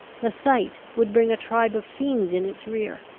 the sight would bring a tribe of fiends in its rear.